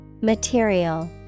Material